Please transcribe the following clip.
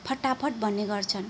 फटाफट भन्ने गर्छन्